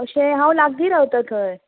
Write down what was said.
तशें हांव लागीं रावतां थंय